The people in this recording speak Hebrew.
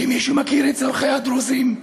כמי שמכיר את צורכי הדרוזים,